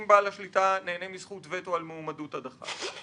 אם בעל השליטה נהנה מזכות וטו על מועמדות הדח"צ,